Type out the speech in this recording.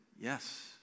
yes